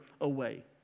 away